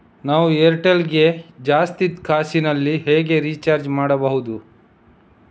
ನಾವು ಏರ್ಟೆಲ್ ಗೆ ಜಾಸ್ತಿ ಕಾಸಿನಲಿ ಹೇಗೆ ರಿಚಾರ್ಜ್ ಮಾಡ್ಬಾಹುದು?